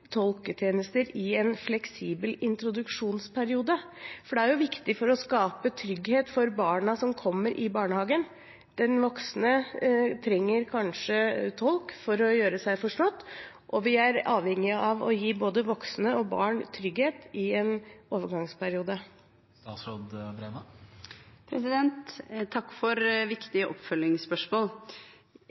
i en fleksibel introduksjonsperiode. Det er viktig for å skape trygghet for barna som kommer i barnehagen. Den voksne trenger kanskje tolk for å gjøre seg forstått, og vi er avhengig av å gi både voksne og barn trygghet i en overgangsperiode. Takk for viktige oppfølgingsspørsmål.